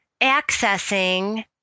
accessing